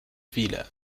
viele